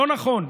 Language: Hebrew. לא נכון.